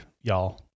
y'all